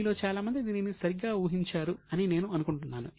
మీలో చాలా మంది దీనిని సరిగ్గా ఊహించారు అని నేను అనుకుంటున్నాను